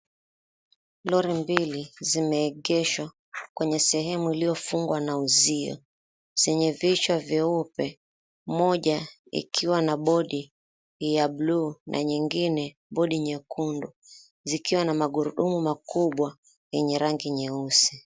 Lori mbili zimeegeshwa kwenye sehemu iliofungwa na uzio zenye vichwa vyeupe moja ikiwa na body ya buluu na nyingine body nyekundu zikiwa na magurudumu makubwa yenye rangi nyeusi.